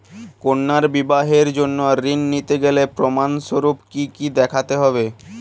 কন্যার বিবাহের জন্য ঋণ নিতে গেলে প্রমাণ স্বরূপ কী কী দেখাতে হবে?